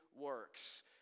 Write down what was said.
works